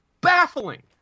baffling